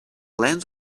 lens